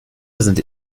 sind